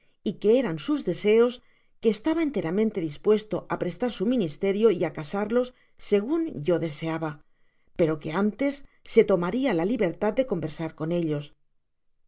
y que eran sus deseos que estaba enteramente dispuesto á prestar su ministerio y a casarlos segun yo deseaba pero que antes se lomaría la libertad de conversar con ellos